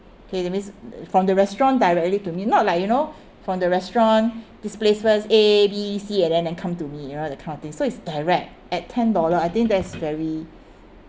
okay that means from the restaurant directly to me not like you know from the restaurant this place first A B C and then come to me you know the kind of thing so it's direct at ten dollar I think that's very